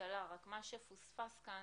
מהאבטלה רק מה שפוספס כאן,